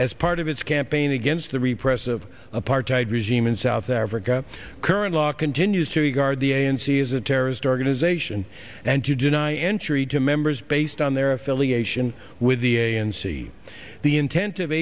as part of its campaign against the repressive apartheid regime in south africa current law continues to regard the a n c as a terrorist organization and to deny entry to members based on their affiliation with the a n c the intent of